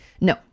No